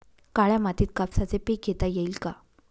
काळ्या मातीत कापसाचे पीक घेता येईल का?